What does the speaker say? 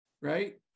right